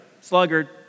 sluggard